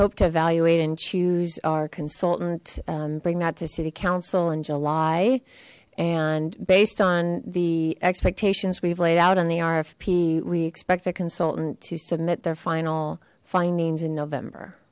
evaluate and choose our consultant bring that to city council in july and based on the expectations we've laid out on the rfp we expect a consultant to submit their final findings in november